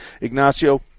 Ignacio